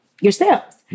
yourselves